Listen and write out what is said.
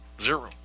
Zero